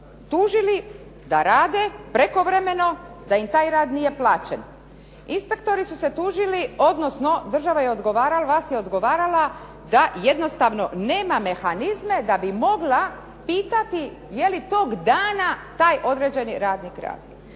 tužili da rade prekovremeno i da im taj rad nije plaćen. Inspektori su se tužili, odnosno država vas je odgovarala da jednostavno nema mehanizme da bi mogla pitati je li tog dana taj određeni radnik radio.